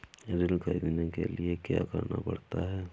ऋण ख़रीदने के लिए क्या करना पड़ता है?